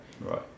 Right